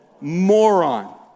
Moron